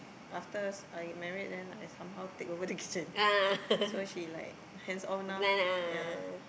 after I married then I somehow take over the kitchen so she like hands off now ya